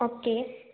okay